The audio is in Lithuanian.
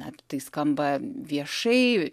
ap tai skamba viešai